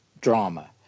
drama